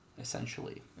essentially